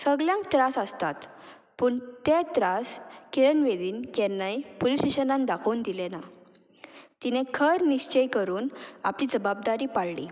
सगल्यांक त्रास आसतात पूण ते त्रास किरण बेदीन केन्नाय पुलीस स्टेशनान दाखोवन दिलें ना तिणें खर निश्चय करून आपली जबाबदारी पाडली